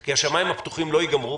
זה סיוע בסדר גודל גדול.